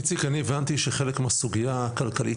איציק אני הבנתי שחלק מהסוגיה הכלכלית